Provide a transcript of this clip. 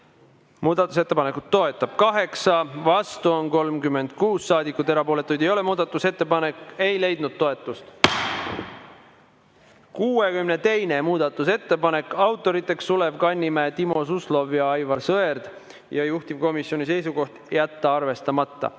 Muudatusettepanekut toetab 8 ja vastu on 36 saadikut, erapooletuid ei ole. Muudatusettepanek ei leidnud toetust.62. muudatusettepanek, autorid Sulev Kannimäe, Timo Suslov ja Aivar Sõerd. Juhtivkomisjoni seisukoht on jätta see arvestamata.